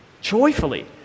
joyfully